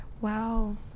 Wow